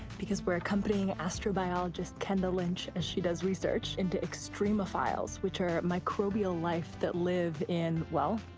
because we're accompanying astrobiologist kennda lynch as she does research into extremophiles, which are microbial life that live in, well,